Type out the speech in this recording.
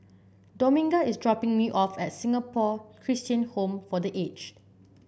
Dominga is dropping me off at Singapore Christian Home for The Aged